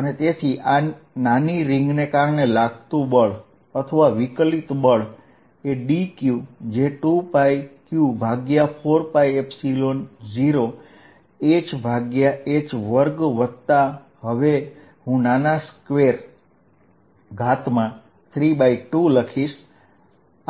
અને તેથી આ નાની રીંગને કારણે ડિફરેન્શિયલ ફોર્સ dFringσ2πqh